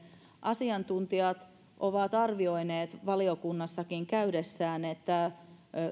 asiantuntijat ovat arvioineet valiokunnassakin käydessään että